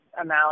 amount